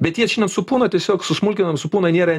bet jie šiandien supūna tiesiog susmulkinam supūna nėra